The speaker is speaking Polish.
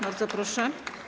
Bardzo proszę.